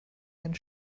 einen